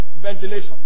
ventilation